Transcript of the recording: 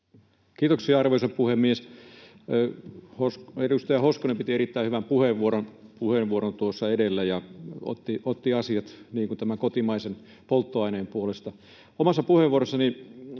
Kiitoksia, arvoisa puhemies! Edustaja Hoskonen piti erittäin hyvän puheenvuoron tuossa edellä ja otti asiat tämän kotimaisen polttoaineen puolesta.